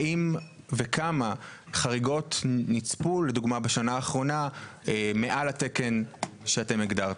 האם וכמה חריגות נצפו לדוגמה בשנה האחרונה מעל לתקן שאתם הגדרתם?